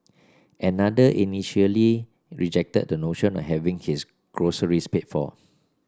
another initially rejected the notion of having his groceries paid for